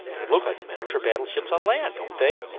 they look like miniature battleships on land, don't they?